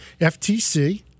FTC